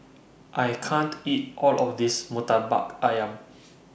I can't eat All of This Murtabak Ayam